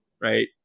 Right